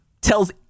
tells